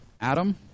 Adam